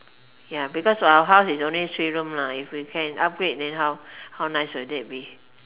ya because our house is only three room if can upgrade how nice will it be